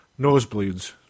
nosebleeds